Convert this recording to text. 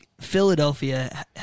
Philadelphia